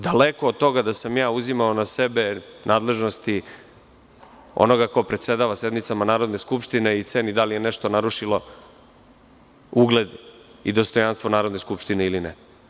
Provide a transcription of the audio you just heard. Daleko od toga da sam ja uzimao za sebe nadležnosti onoga ko predsedava sednicama Narodne skupštine i ceni da li je nešto narušilo ugled i dostojanstvo Narodne skupštine ili ne.